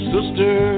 Sister